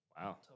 Wow